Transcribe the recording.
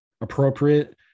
appropriate